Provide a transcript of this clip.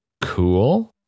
cool